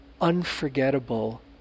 unforgettable